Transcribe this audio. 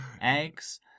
Eggs